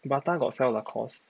Bata got sell lacoste